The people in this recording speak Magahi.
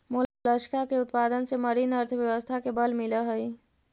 मोलस्का के उत्पादन से मरीन अर्थव्यवस्था के बल मिलऽ हई